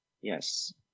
Yes